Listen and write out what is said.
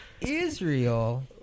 Israel